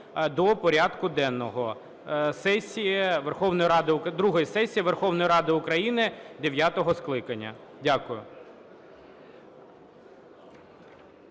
Дякую.